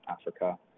Africa